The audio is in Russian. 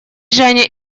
женя